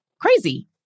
crazy